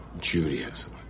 Judaism